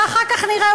ואחר כך נראה,